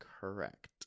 correct